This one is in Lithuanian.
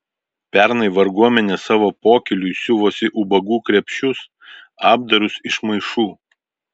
pernai varguomenė savo pokyliui siuvosi ubagų krepšius apdarus iš maišų